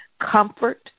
comfort